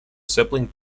sibling